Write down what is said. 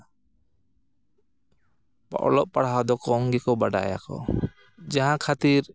ᱚᱞᱚᱜ ᱯᱟᱲᱦᱟᱣ ᱫᱚ ᱠᱚᱢ ᱜᱮᱠᱚ ᱵᱟᱰᱟᱭᱟᱠᱚ ᱡᱟᱦᱟᱸᱠᱷᱟᱹᱛᱤᱨ